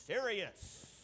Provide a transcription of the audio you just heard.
serious